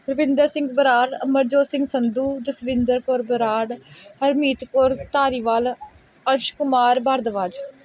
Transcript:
Ravinder Singh Brar Amarjot Singh Sandhu Jaswinder Kaur Brar Harmeet Kaur Dhariwal Arsh Kumar Bhardwaj